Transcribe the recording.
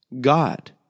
God